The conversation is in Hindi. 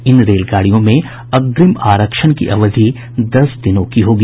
इन रेलगाड़ियों में अग्रिम आरक्षण की अवधि दस दिनों की होगी